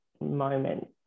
moment